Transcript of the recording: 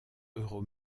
euro